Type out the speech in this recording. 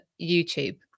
YouTube